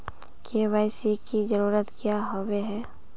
KYC की जरूरत क्याँ होय है?